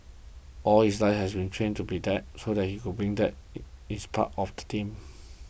all his life he has trained to be that so he could bring that he is part of the team